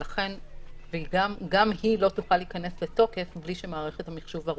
ולכן גם היא לא תוכל להיכנס לתוקף בלי שמערכת המחשוב ערוכה.